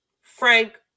Frank